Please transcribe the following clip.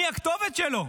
מי הכתובת שלו?